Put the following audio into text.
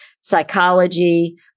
psychology